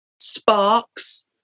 sparks